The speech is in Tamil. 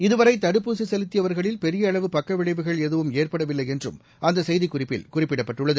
இதுவரைதடுப்பூசிசெலுத்தியவர்களில் பெரியஅளவு பக்கவிளைவுகள் எதுவும் ஏற்படவில்லைஎன்றும் அந்தசெய்திக்குறிப்பில் குறிப்பிடப்பட்டுள்ளது